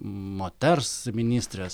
moters ministrės